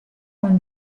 non